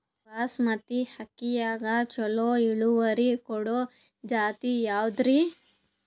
ಬಾಸಮತಿ ಅಕ್ಕಿಯಾಗ ಚಲೋ ಇಳುವರಿ ಕೊಡೊ ಜಾತಿ ಯಾವಾದ್ರಿ?